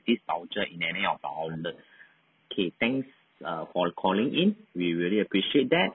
this voucher in any of our outlet okay thanks err for calling in we really appreciate that